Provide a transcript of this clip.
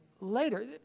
later